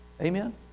Amen